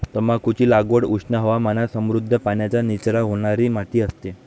तंबाखूची लागवड उष्ण हवामानात समृद्ध, पाण्याचा निचरा होणारी माती असते